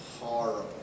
horrible